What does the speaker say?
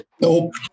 Nope